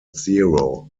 zero